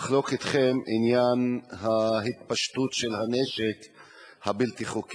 חולק אתכם את עניין ההתפשטות של הנשק הבלתי-חוקי.